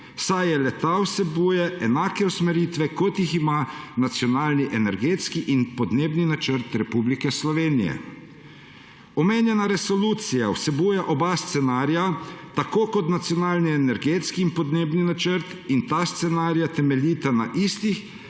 saj le-ta vsebuje enake usmeritve, kot jih ima Nacionalni energetski in podnebni načrt Republike Slovenije. Omenjena resolucija vsebuje oba scenarija tako kot Nacionalni energetski in podnebni načrt in ta scenarija temeljita na istih